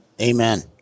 amen